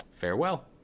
farewell